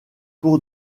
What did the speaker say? pour